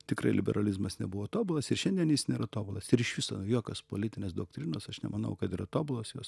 tikrai liberalizmas nebuvo tobulas ir šiandien jis nėra tobulas ir iš viso jokios politinės doktrinos aš nemanau kad yra tobulos jos